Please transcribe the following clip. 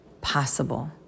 possible